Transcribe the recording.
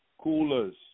coolers